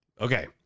Okay